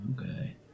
Okay